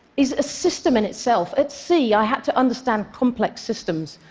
is a system in itself. at sea, i had to understand complex systems.